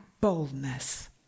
boldness